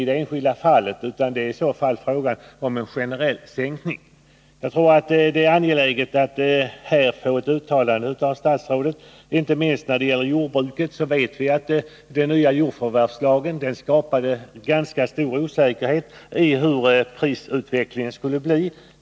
Givetvis kan man inte säga något bestämt härom i dag — man måste se resultatet först. Jag anser att det är angeläget att på den här punkten få ett uttalande av statsrådet. När det gäller jordbruket vet vi att den nya jordförvärvslagen skapade ganska stor osäkerhet om utvecklingen i fråga om priserna på jordbruksfastigheter.